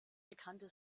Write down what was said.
bekannte